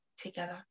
together